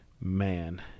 man